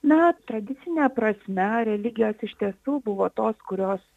na tradicine prasme religijos iš tiesų buvo tos kurios